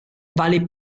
vale